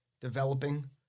developing